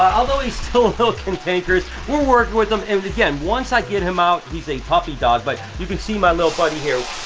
although he's still a little cantankerous, we're working with him. and again, once i get him out, he's a puppy dog. but you can see my little buddy here.